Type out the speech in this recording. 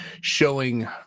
showing